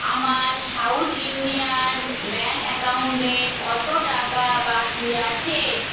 আমার South Indian bank অ্যাকাউন্টে কত টাকা বাকি আছে